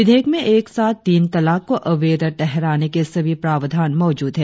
विधेयक में एक साथ तीन तलाक को अवैध ठहराने के सभी प्रावधान मौजूद हैं